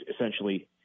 essentially